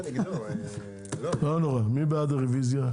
הצבעה 3 בעד הרביזיה,